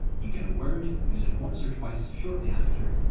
you get a word, use it once or twice shortly after,